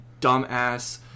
dumbass